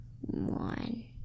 One